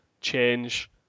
change